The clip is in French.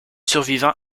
survivants